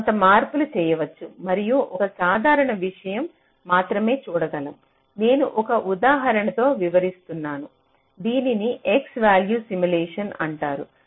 మనం కొంత మార్పులు చేయవచ్చు మరియు ఒక సాధారణ విషయం మాత్రమే చూడగలం నేను ఒక ఉదాహరణతో వివరిస్తున్నాను దీనిని x వ్యాల్యూ సిమ్ములేషన్ అంటారు